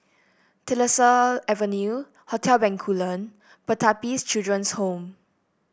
Tyersall Avenue Hotel Bencoolen Pertapis Children's Home